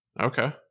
Okay